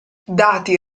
dati